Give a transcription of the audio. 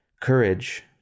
courage